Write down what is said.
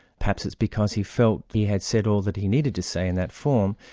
perhaps it's because he felt he had said all that he needed to say in that form,